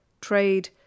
trade